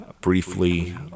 briefly